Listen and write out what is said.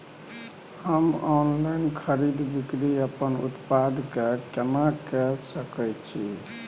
हम ऑनलाइन खरीद बिक्री अपन उत्पाद के केना के सकै छी?